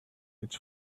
its